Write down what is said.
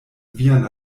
vian